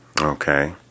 Okay